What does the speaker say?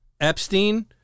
Epstein